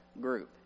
group